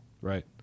right